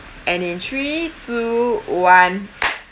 and in three two one